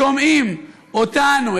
שומעים אותנו,